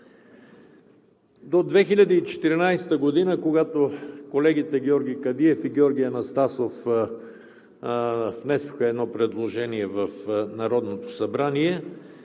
До 2014 г., когато колегите Георги Кадиев и Георги Анастасов внесоха едно предложение в Народното събрание,